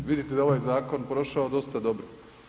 Vidite da je ovaj zakon prošao dosta dobro.